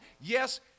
Yes